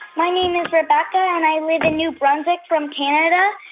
my name is rebecca, and i live in new brunswick from canada.